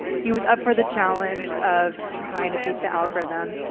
he was up for the challenge of trying to beat the algorithm.